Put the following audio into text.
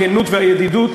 הכנות והידידות,